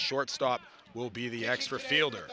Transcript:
shortstop will be the extra field